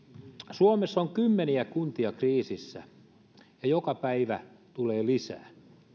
suomessa on kymmeniä kuntia kriisissä ja joka päivä tulee lisää